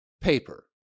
paper